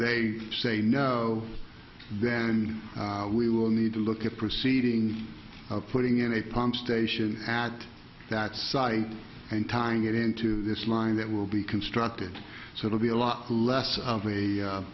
they say no then we will need to look at proceedings of putting in a pump station at that site and tying it into this line that will be constructed so it'll be a lot less of